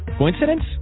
Coincidence